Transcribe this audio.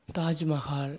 taj mahal